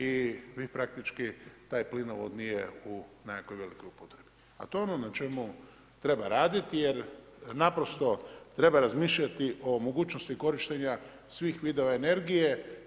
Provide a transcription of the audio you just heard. I praktički taj plinovod nije u nekakvoj velikoj upotrebi, a to je ono na čemu treba raditi jer naprosto treba razmišljati o mogućnosti korištenja svih vidova energije.